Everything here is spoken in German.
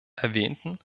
erwähnten